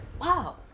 wow